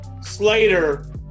Slater